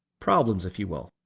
problems if you will,